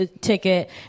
ticket